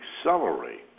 accelerate